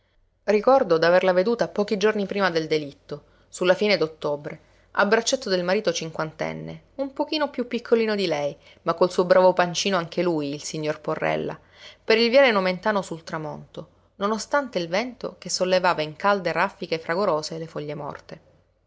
donna ricordo d'averla veduta pochi giorni prima del delitto sulla fine d'ottobre a braccetto del marito cinquantenne un pochino più piccolino di lei ma col suo bravo pancino anche lui il signor porrella per il viale nomentano sul tramonto non ostante il vento che sollevava in calde raffiche fragorose le foglie morte